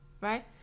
right